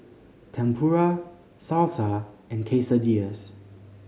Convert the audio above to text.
Tempura Salsa and Quesadillas